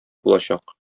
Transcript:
булачак